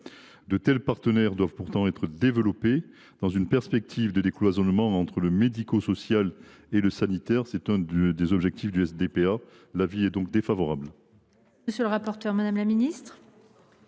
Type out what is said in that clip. de tels partenariats doivent être développés dans une perspective de décloisonnement entre le médico social et le sanitaire. C’est l’un des objectifs du SPDA. L’avis est défavorable.